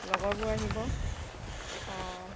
লগৰবোৰ আহিব অঁ